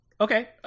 okay